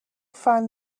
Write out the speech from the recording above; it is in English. find